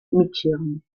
míchigan